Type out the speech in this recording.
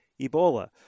Ebola